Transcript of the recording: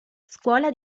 scuola